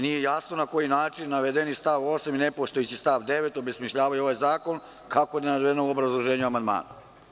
Nije jasno na koji način navedeni stav 8. i ne postojeći stav 9. obesmišljavaju ovaj zakon, kako je navedeno u obrazloženju amandmana.